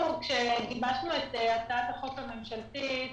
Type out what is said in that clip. כשגיבשנו את הצעת החוק הממשלתית,